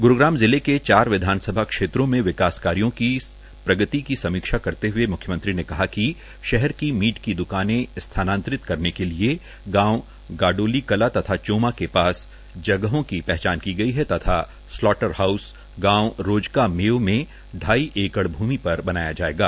गु ाम जिले के चार वधानसभा े म वकास काय क ग त क समी ा करते हुए मु यमं ी ने कहा क शहर क मीट क द्दकाने थानांत रत करने के लए गांव गाडोल कलां तथा चोमा के पास जगह क पहचान क गई है तथा लॉटर हाउस गांव रोजका मेव म ढाई एकड़ भू म पर बनाया जायेगा